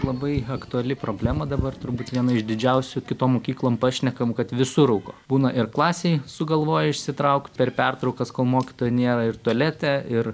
labai aktuali problema dabar turbūt viena iš didžiausių kitom mokyklom pašnekam kad visur rūko būna ir klasėj sugalvoja išsitraukt per pertraukas kol mokytojo nėra ir tualete ir